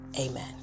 Amen